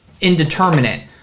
indeterminate